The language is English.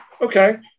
Okay